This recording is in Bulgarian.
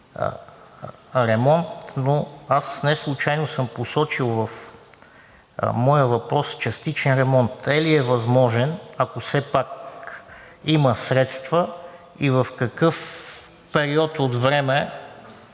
ремонт, но аз неслучайно съм посочил в моя въпрос частичен ремонт. Е ли е възможен, ако все пак има средства, и в какъв период от време,